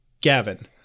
Gavin